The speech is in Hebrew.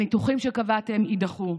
הניתוחים שקבעתם יידחו,